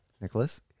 Nicholas